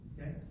okay